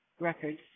records